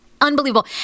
unbelievable